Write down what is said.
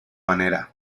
manera